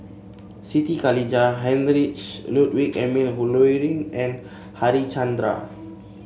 Siti Khalijah Heinrich Ludwig Emil Luering and Harichandra